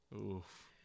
Oof